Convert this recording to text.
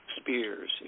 spears